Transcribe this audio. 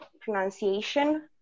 pronunciation